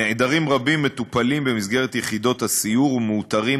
נעדרים רבים מטופלים במסגרת יחידות הסיור ומאותרים